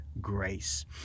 grace